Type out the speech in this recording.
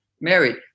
married